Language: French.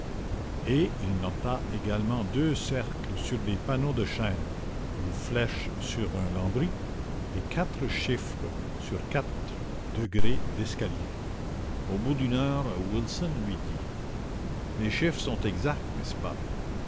et il nota également deux cercles sur des panneaux de chêne une flèche sur un lambris et quatre chiffres sur quatre degrés d'escalier au bout d'une heure wilson lui dit les chiffres sont exacts n'est-ce pas